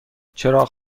چراغ